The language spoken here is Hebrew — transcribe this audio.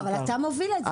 לא, אבל אתה מוביל את זה.